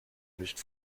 nicht